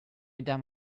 done